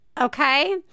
Okay